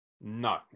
No